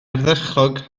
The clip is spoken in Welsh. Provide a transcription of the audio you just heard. ardderchog